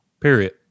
Period